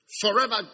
Forever